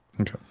Okay